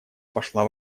пошла